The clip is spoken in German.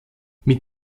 mit